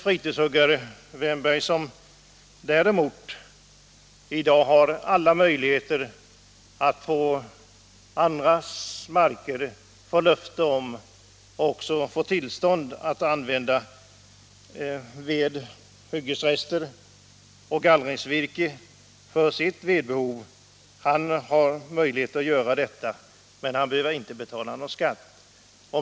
Fritidshuggaren, herr Wärnberg, som har alla möjligheter att få tillstånd att använda hyggesrester och gallringsvirke från andras mark för sitt vedbehov har möjlighet att göra detta — men behöver inte betala någon skatt.